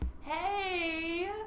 Hey